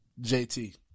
JT